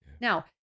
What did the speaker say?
now